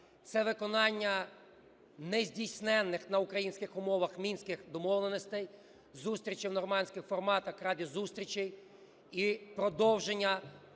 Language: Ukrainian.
Це виконання нездійснених, на українських умовах, Мінських домовленостей, зустрічі у нормандських форматах ради зустрічей і продовження